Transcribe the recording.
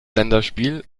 länderspiel